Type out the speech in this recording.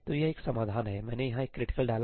तो यह एक समाधान है मैंने यहां एक 'critical' डाला